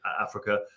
Africa